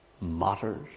matters